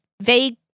vague